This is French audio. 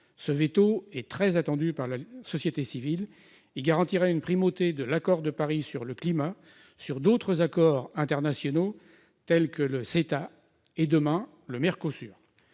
Ce veto, très attendu par la société civile, garantirait la primauté de l'accord de Paris sur le climat sur d'autres accords internationaux, tels que le CETA et, demain, le Mercosur.